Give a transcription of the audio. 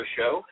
Show